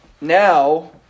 now